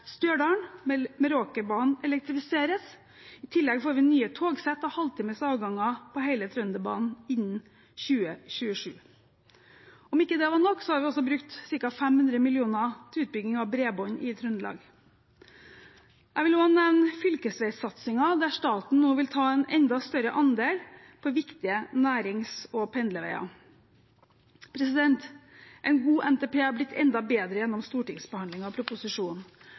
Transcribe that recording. Meråkerbanen elektrifiseres. I tillegg får vi nye togsett og halvtimesavganger på hele Trønderbanen innen 2027. Om ikke det var nok, har vi også brukt ca. 500 mill. kr på utbygging av bredbånd i Trøndelag. Jeg vil også nevne fylkesveisatsingen, der staten nå vil ta en enda større andel på viktige nærings- og pendlerveier. En god NTP har blitt enda bedre gjennom stortingsbehandlingen av